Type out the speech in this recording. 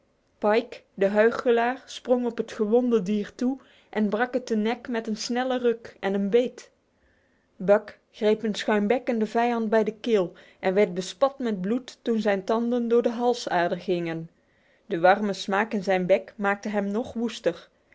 de huichelaar sprong op het gewonde dier toe en brak het de nek met een snelle ruk en een beet buck greep een schuimbekkenden vijand bij de keel en werd bespat met bloed toen zijn tanden door de halsader gingen e warme smaak in zijn bek maakte hem nog woester